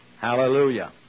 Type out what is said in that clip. Hallelujah